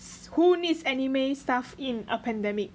who needs anime stuff in a pandemic